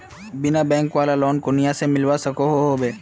बिना बैंक वाला लोन कुनियाँ से मिलोहो होबे?